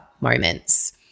moments